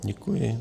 Děkuji.